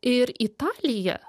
ir italija